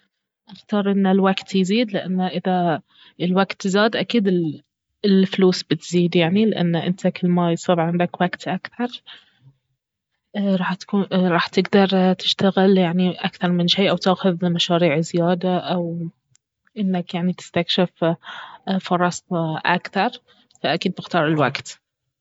اختار انه الوقت يزيد لانه اذا الوقت زاد اكيد ال- الفلوس بتزيد يعني لانه انت كل ما يصير عندك وقت اكثر راح تكو- راح تقدر تشتغل يعني اكثر من شي او تأخذ مشاريع زيادة او انك يعني تستكشف فرص اكثر فأكيد بختارالوقت